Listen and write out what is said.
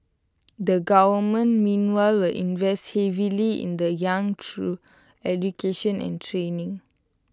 the government meanwhile will invest heavily in the young through education and training